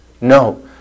No